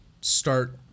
start